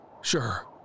Sure